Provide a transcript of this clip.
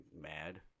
mad